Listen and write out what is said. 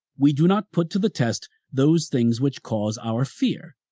we do not put to the test those things which cause our fear.